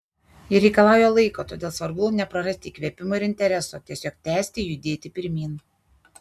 ji reikalauja laiko todėl svarbu neprarasti įkvėpimo ir intereso tiesiog tęsti judėti pirmyn